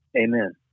amen